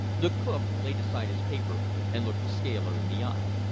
the cook laid aside his paper and looked the scaler in the eye.